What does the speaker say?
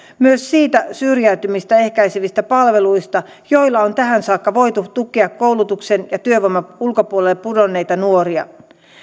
myös niistä syrjäytymistä ehkäisevistä palveluista joilla on tähän saakka voitu tukea koulutuksen ja työvoiman ulkopuolelle pudonneita nuoria